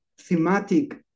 thematic